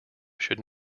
should